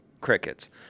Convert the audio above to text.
Crickets